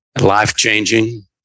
life-changing